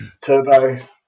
Turbo